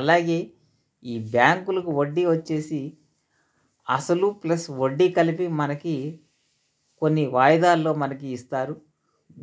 అలాగే ఈ బ్యాంకులకు వడ్డీ వచ్చేసి అసలు ప్లస్ వడ్డీ కలిపి మనకి కొన్ని వాయిదాల్లో మనకి ఇస్తారు